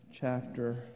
chapter